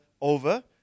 over